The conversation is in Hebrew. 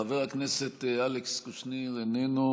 חבר הכנסת אלכס קושניר, איננו,